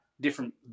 different